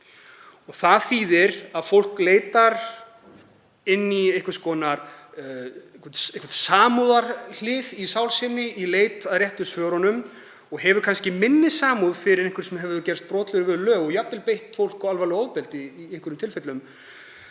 Það þýðir að fólk leitar inn í eitthvert samúðarhlið í sál sinni í leit að réttu svörunum og hefur kannski minni samúð með einhverjum sem hefur gerst brotlegur við lög og jafnvel beitt fólk alvarlegu ofbeldi í einhverjum tilfellum